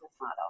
model